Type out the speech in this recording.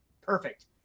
perfect